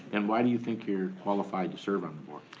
and why do you think you're qualified to serve on the board?